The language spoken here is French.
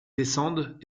descendent